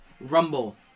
rumble